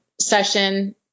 session